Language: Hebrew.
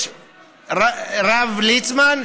יש הרב ליצמן,